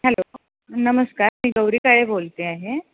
hello नमस्कार मी गौरी काळे बोलते आहे